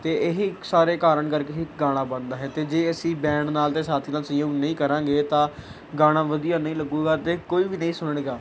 ਅਤੇ ਇਹੀ ਸਾਰੇ ਕਾਰਨ ਕਰਕੇ ਹੀ ਗਾਣਾ ਬਣਦਾ ਹੈ ਅਤੇ ਜੇ ਅਸੀਂ ਬੈਂਡ ਨਾਲ ਅਤੇ ਸਾਥੀ ਨਾਲ ਸਹਿਯੋਗ ਨਹੀਂ ਕਰਾਂਗੇ ਤਾਂ ਗਾਣਾ ਵਧੀਆ ਨਹੀਂ ਲੱਗੇਗਾ ਅਤੇ ਕੋਈ ਵੀ ਨਹੀਂ ਸੁਣੇਗਾ